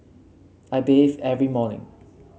I bathe every morning